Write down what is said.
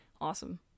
Awesome